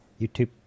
YouTube